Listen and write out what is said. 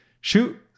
shoot